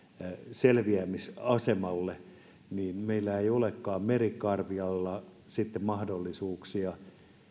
selviämisasemalle meillä ei olekaan merikarvialla sitten mahdollisuuksia